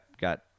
got